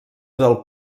del